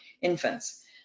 infants